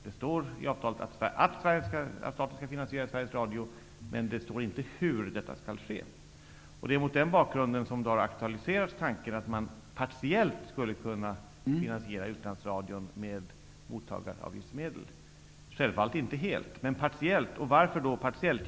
Det står i avtalet att staten skall finansiera Sveriges Radio, men det står inte hur detta skall ske. Det är mot den bakgrunden som tanken har aktualiserats att man partiellt skulle kunna finansiera utlandsradion med mottagaravgiftsmedel -- självfallet inte helt men partiellt. Varför då partiellt?